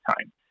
time